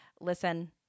listen